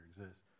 exists